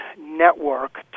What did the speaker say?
network